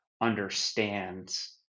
understands